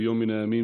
ביום מן הימים.